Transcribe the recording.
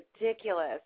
ridiculous